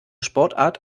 sportart